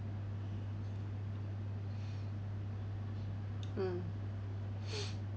mm